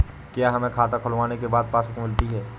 क्या हमें खाता खुलवाने के बाद पासबुक मिलती है?